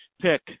pick